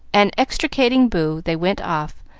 and, extricating boo, they went off,